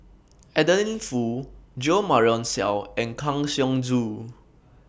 Adeline Foo Jo Marion Seow and Kang Siong Joo